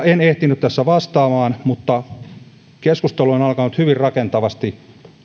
en ehtinyt tässä vastaamaan mutta keskustelu on alkanut hyvin rakentavasti